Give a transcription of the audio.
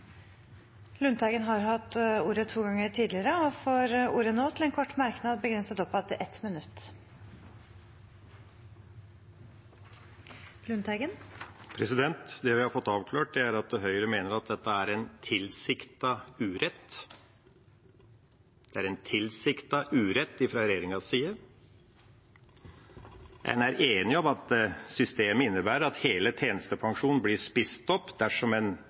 Lundteigen har hatt ordet to ganger tidligere og får ordet til en kort merknad, begrenset til 1 minutt. Det vi har fått avklart, er at Høyre mener dette er en tilsiktet urett. Det er en tilsiktet urett fra regjeringas side. En er enige om at systemet innebærer at hele tjenestepensjonen blir spist opp dersom en